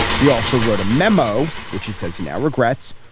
he also wrote a memo which he says he now regrets,